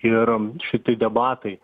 ir šiti debatai